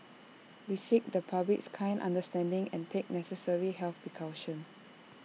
we seek the public's kind understanding and take necessary health precautions